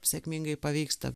sėkmingai pavyksta